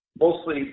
Mostly